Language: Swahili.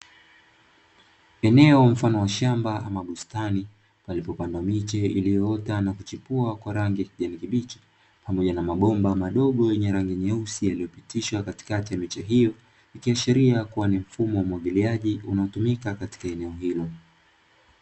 Eneo mfano wa shamba ama bustani palipopandwa miche iliyoota na kuchipua kwa rangi ya kijani kibichi pamoja na mabomba madogo ya rangi nyeusi yaliyopitishwa katikati ya miche hiyo ikiashiria kuwa ni mfumo wa umwagiliaji unaotumika katika eneo hilo.